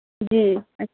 جی اچھ